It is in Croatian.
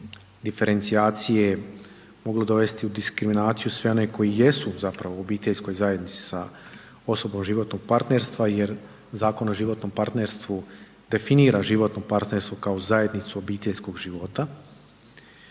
diferencijacije moglo dovesti u diskriminaciju sve one koji jesu u obiteljskoj zajednici sa osobom životnog partnerstva jer Zakon o životnom partnerstvu definira životno partnerstvo kao zajednicu obiteljskog života